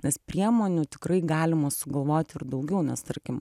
nes priemonių tikrai galima sugalvot ir daugiau nes tarkim